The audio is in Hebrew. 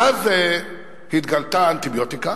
ואז התגלתה האנטיביוטיקה,